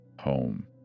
Home